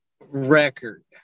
record